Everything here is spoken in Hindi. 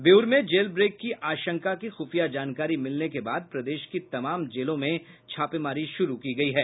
बेऊर में जेल ब्रेक की आशंका की खुफिया जानकारी मिलने के बाद प्रदेश की तमाम जेलों में छापेमारी शुरू की गई है